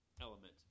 element